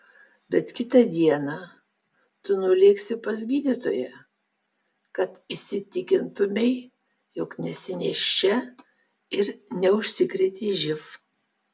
bet kitą dieną tu nulėksi pas gydytoją kad įsitikintumei jog nesi nėščia ir neužsikrėtei živ